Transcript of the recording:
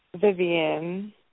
Vivian